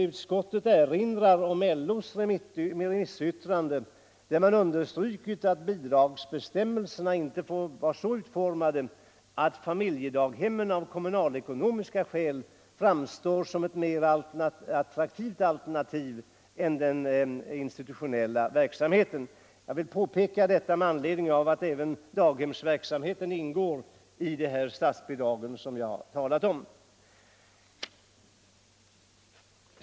Utskottet erinrar om LO:s remissyttrande, där det har understrukits att ”bidragsbestämmelserna inte får vara så utformade att familjedaghemmen av kommunalekonomiska skäl framstår som ett mera attraktivt alternativ än den institutionella verksamheten”. Jag vill påminna om detta med anledning av att även daghemsverksamheten faller inom området för de här statsbidragen som vi har talat om.